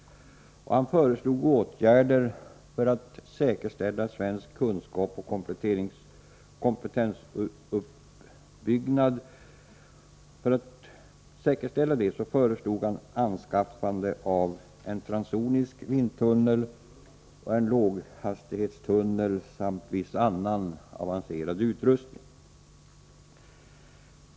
Han föreslog åtgärder för att säkerställa svensk kunskap och kompetensuppbyggnad, bl.a. anskaffande av en transsonisk vindtunnel och en låghastighetstunnel samt viss annan avancerad utrustning.